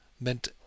meant